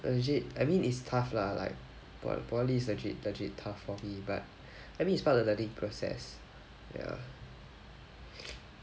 legit I mean it's tough lah like po~ poly is legit legit tough for me but I mean it's part of the learning process ya